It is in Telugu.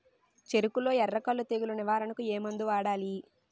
చెఱకులో ఎర్రకుళ్ళు తెగులు నివారణకు ఏ మందు వాడాలి?